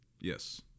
Yes